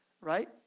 right